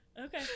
Okay